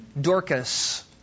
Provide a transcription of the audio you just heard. Dorcas